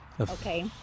Okay